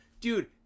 dude